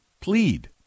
Plead